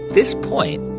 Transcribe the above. this point,